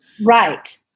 Right